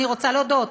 אני רוצה להודות,